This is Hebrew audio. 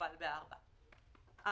ומוכפל ב-4, (4)